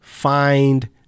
find